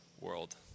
world